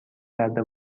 کرده